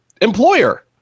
employer